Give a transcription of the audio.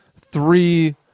three